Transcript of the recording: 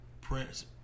Prince